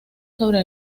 sobre